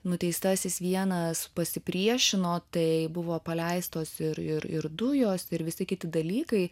nuteistasis vienas pasipriešino tai buvo paleistos ir ir dujos ir visi kiti dalykai